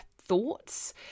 thoughts